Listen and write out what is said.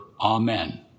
Amen